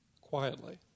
quietly